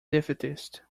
defeatist